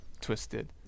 twisted